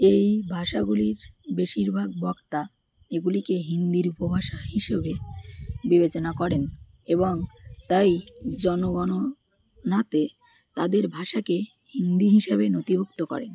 এই ভাষাগুলির বেশিরভাগ বক্তা এগুলিকে হিন্দির উপভাষা হিসেবে বিবেচনা করেন এবং তাই জনগণনাতে তাদের ভাষাকে হিন্দি হিসাবে নথিভুক্ত করেন